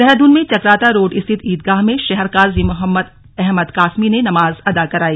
देहरादून में चकराता रोड स्थित ईदगाह में शहर काजी मोहम्मद अहमद कासमी ने की नमाज अता कराई